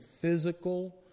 physical